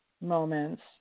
moments